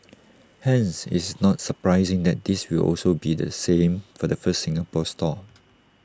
hence it's not surprising that this will also be the selling for the first Singapore store